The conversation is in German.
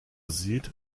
sieht